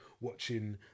watching